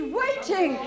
waiting